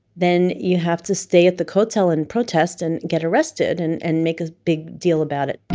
then you have to stay at the kotel and protest and get arrested and and make a big deal about it